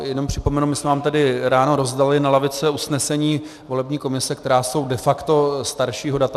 Jen připomenu, my jsme vám tady ráno rozdali na lavice usnesení volební komise, která jsou de facto staršího data.